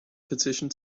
petition